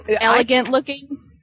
elegant-looking